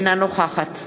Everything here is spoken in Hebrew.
אינה נוכחת